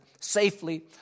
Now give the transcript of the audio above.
safely